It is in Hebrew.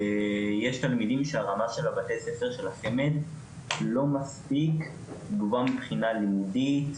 שיש תלמידים שהרמה של הבתי ספר של החמ"ד לא מספיק טובה מבחינה לימודית,